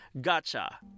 gotcha